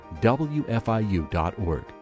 WFIU.org